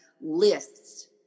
lists